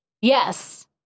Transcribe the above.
Yes